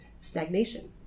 stagnation